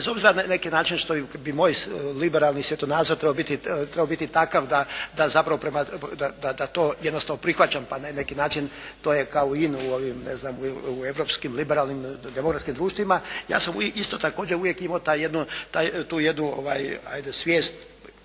bez obzira na neki način što bi moj liberalni svjetonazor trebao biti takav da zapravo, da to jednostavno prihvaćam. Pa na neki način to je kao in u europskim liberalnim demokratskim društvima. Ja sam isto također uvijek imao tu jednu ajde svijest